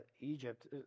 Egypt